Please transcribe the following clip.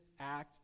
act